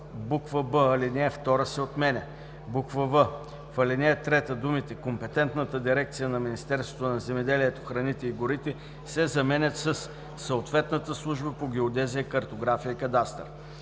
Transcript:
2.“; б) алинея 2 се отменя; в) в ал. 3 думите „компетентната дирекция на Министерството на земеделието, храните и горите“ се заменят със „съответната служба по геодезия, картография и кадастър“.